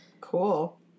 cool